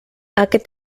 aquest